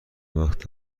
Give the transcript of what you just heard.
وقت